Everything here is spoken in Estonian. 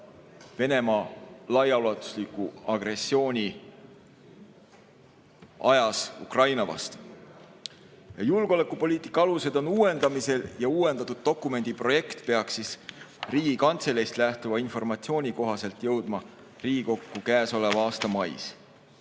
Venemaa laiaulatuslik agressioon Ukraina vastu. Julgeolekupoliitika alused on uuendamisel ja uuendatud dokumendi projekt peaks Riigikantseleist lähtuva informatsiooni kohaselt jõudma Riigikokku käesoleva aasta mais.